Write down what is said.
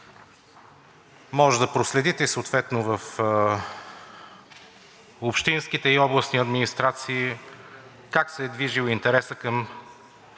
Може да проследите, съответно в общинските и областните администрации, как се е движил интересът към